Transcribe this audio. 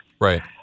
Right